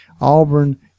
Auburn